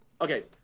Okay